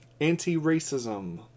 anti-racism